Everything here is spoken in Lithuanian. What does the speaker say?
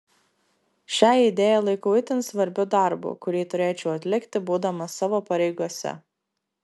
šią idėją laikau itin svarbiu darbu kurį turėčiau atlikti būdamas savo pareigose